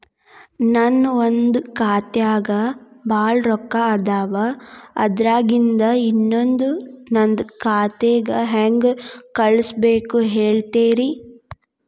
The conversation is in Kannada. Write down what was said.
ನನ್ ಒಂದ್ ಖಾತ್ಯಾಗ್ ಭಾಳ್ ರೊಕ್ಕ ಅದಾವ, ಅದ್ರಾಗಿಂದ ಇನ್ನೊಂದ್ ನಂದೇ ಖಾತೆಗೆ ಹೆಂಗ್ ಕಳ್ಸ್ ಬೇಕು ಹೇಳ್ತೇರಿ?